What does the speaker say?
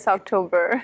October